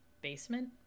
basement